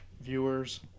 viewers